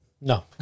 No